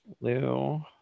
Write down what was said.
Lou